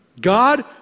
God